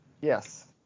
Yes